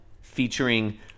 featuring